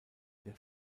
der